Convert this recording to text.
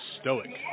stoic